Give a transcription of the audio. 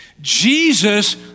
Jesus